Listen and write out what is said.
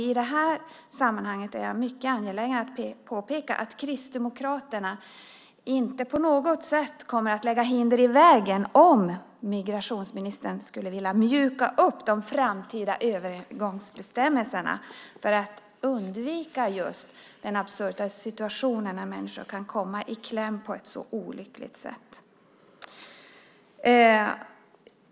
I det här sammanhanget är jag mycket angelägen om att påpeka att Kristdemokraterna inte på något sätt kommer att lägga hinder i vägen om migrationsministern skulle vilja mjuka upp de framtida övergångsbestämmelserna för att undvika den absurda situationen när människor kommer i kläm på ett så olyckligt sätt.